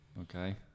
Okay